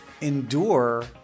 endure